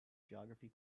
geography